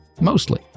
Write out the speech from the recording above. Mostly